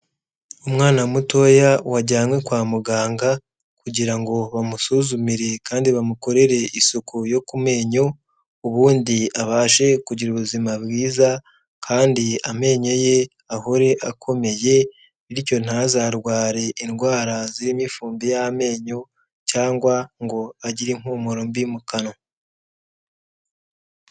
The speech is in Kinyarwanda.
Umwana mutoya wajyanywe kwa muganga kugira ngo bamusuzumire kandi bamukorere isuku yo ku menyo, ubundi abashe kugira ubuzima bwiza kandi amenyo ye ahore akomeye, bityo ntazarware indwara zrimo ifumbi y'amenyo cyangwa ngo agire impumuro mbi mu kanwa.